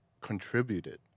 contributed